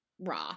raw